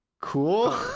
Cool